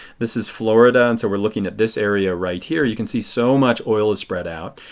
this is florida. and so we are looking at this area right here. you can see so much oil is spread out.